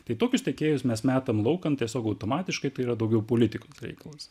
tai tokius tiekėjus mes metam laukan tiesiog automatiškai tai yra daugiau politikos reikalas